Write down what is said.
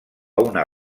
una